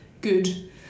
good